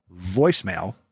voicemail